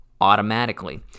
automatically